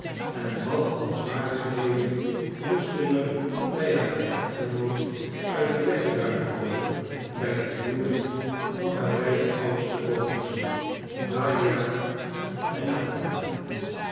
en wat al zwarigheden moesten er bij haar echtgenoot uit den weg geruimd worden bij het huwelijk van haar beide oudste dochters dar a en natalie